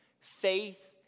Faith